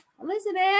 Elizabeth